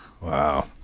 wow